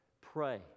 Pray